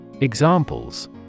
Examples